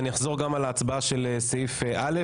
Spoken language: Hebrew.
אז אני אחזור גם על ההצבעה של סעיף א',